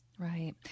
Right